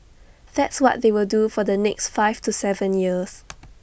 that's what they will do for the next five to Seven years